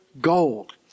gold